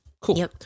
Cool